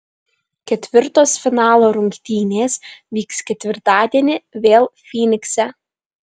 ketvirtos finalo rungtynės vyks ketvirtadienį vėl fynikse